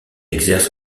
exerce